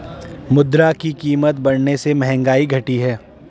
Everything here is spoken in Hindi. मुद्रा की कीमत बढ़ने से महंगाई घटी है